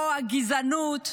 הגזענות.